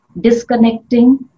disconnecting